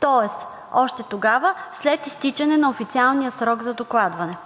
тоест още тогава след изтичане на официалния срок за докладване.